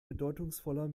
bedeutungsvoller